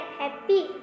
happy